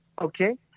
Okay